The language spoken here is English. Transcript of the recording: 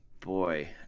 boy